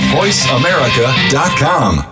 voiceamerica.com